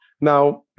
Now